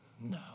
No